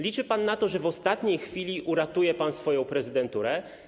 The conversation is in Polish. Liczy pan na to, że w ostatniej chwili uratuje pan swoją prezydenturę.